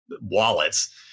wallets